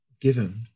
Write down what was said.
given